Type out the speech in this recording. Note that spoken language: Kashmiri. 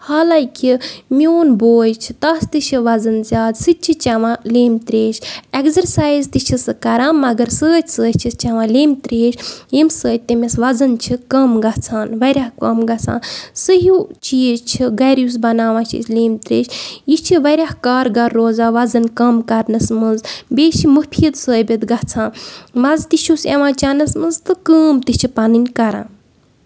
حالانٛکہِ میون بوے چھُ تَس تہِ چھُ وَزن زیادٕ سُہ تہِ چھُ چٮ۪وان لیوٚمبۍ تریش ایٚکزرسایِز تہِ چھُ سُہ کران مَگر سۭتۍ سۭتۍ چھُس چٮ۪وان لیوٚمبۍ تریش ییٚمہِ سۭتۍ تٔمِس وَزن چھُ کَم گژھان واریاہ کَم گژھان سُہ ہیوو چیٖز چھُ گرِ یُس أسۍ بَناون چھِ لیوٚمبۍ تریش یہِ چھِ واریاہ کارگر روزان وَزن کَم کرنَس منٛز بیٚیہِ چھِ مُفیٖد ثٲبِت گژھان مَزٕ تہِ چھُس یِوان چینَس منٛز تہٕ کٲم تہِ چھِ پَنٕنۍ کران